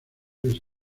les